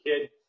kid